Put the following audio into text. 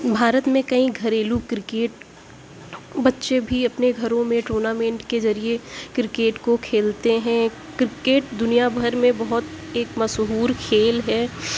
بھارت میں کئی گھریلو کرکٹ بچے بھی اپنے گھروں میں ٹورنامنٹ کے ذریعے کرکٹ کو کھیلتے ہیں کرکٹ دنیا بھر میں بہت ایک مشہور کھیل ہے